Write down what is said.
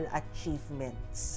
achievements